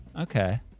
Okay